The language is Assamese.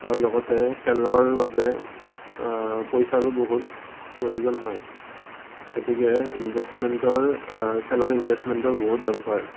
আৰু লগতে খেলৰ বাবে পইচাৰো বহুত প্ৰয়োজন হয় গতিকে ইনভেষ্টমেণ্টৰ খেলৰ ইনভেষ্টমেণ্টৰ বহুত দৰকাৰ